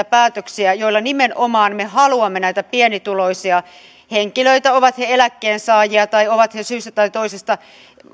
päätöksiä joilla me haluamme nimenomaan näitä pienituloisia henkilöitä auttaa ovat he eläkkeensaajia tai sitten syystä tai toisesta